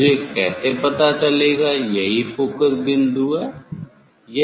मुझे कैसे पता चलेगा यही फोकस बिंदु है